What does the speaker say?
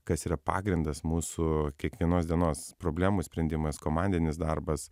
kas yra pagrindas mūsų kiekvienos dienos problemų sprendimas komandinis darbas